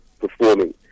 performing